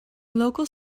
local